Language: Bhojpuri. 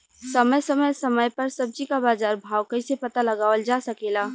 समय समय समय पर सब्जी क बाजार भाव कइसे पता लगावल जा सकेला?